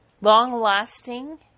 long-lasting